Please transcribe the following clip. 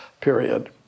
period